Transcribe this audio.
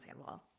Sandwall